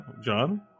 John